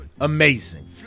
Amazing